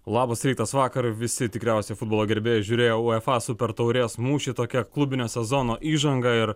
labas rytas vakar visi tikriausiai futbolo gerbėjai žiūrėjo uefa super taurės mūšį tokia klubinio sezono įžanga ir